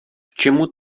čemu